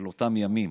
של אותם ימים.